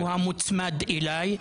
שהוא המוצמד אליי,